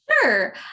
Sure